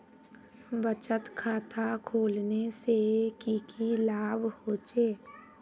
बचत खाता खोलने से की की लाभ होचे?